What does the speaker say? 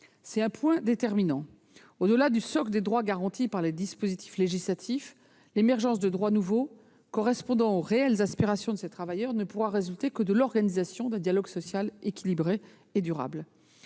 C'est un point déterminant : au-delà du socle des droits garantis par les dispositifs législatifs, l'émergence de droits nouveaux correspondant aux réelles aspirations de ces travailleurs ne pourra résulter que de l'organisation d'un dialogue social équilibré et durable.